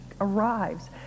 arrives